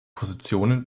positionen